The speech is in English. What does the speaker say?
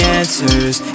answers